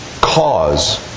cause